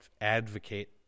advocate